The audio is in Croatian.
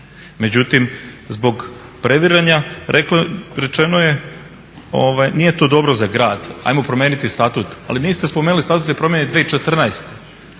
Međutim, zbog previranja rečeno je ovo nije to dobro za grad, ajmo promeniti statut, ali niste spomenuli statut je promenjen 2014.